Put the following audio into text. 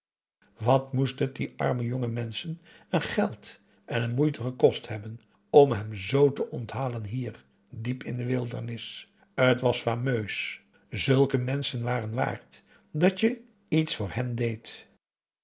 wat moest het die arme jonge menschen een geld en een moeite gekost hebben om hem z te onthalen hier diep in de wildernis t was fameus zulke menschen waren waard dat je iets voor hen deed